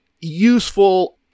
useful